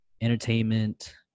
entertainment